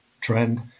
trend